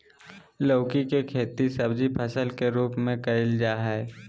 लौकी के खेती सब्जी फसल के रूप में कइल जाय हइ